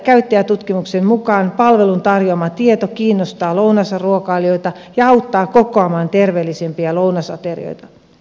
tuoreen käyttäjätutkimuksen mukaan palvelun tarjoama tieto kiinnostaa lounasruokailijoita ja auttaa kokoamaan terveellisempiä lounasaterioita